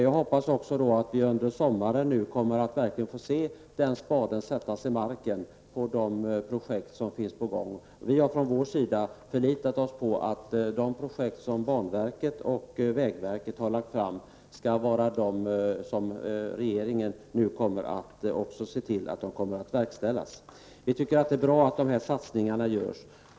Jag hoppas också att vi under sommaren kommer att få se spadar sättas i marken för de projekt som är på gång. Vi har förlitat oss på att regeringen kommer att se till att de projekt som banverket och vägverket föreslagit verkställs. Vi tycker det är bra att dessa satsningar görs.